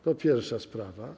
To pierwsza sprawa.